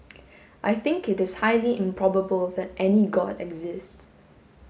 I think it is highly improbable that any god exists